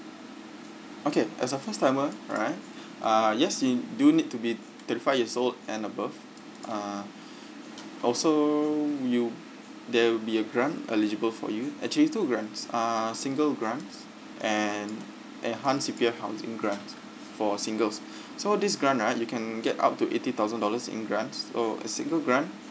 okay as a first timer alright uh yes you do need to be thirty five years old and above uh also you there will be a grant eligible for you actually two grants uh single grants and enhanced C_P_F housing grant for singles so this grant right you can get up to eighty thousand dollars in grant so a single grant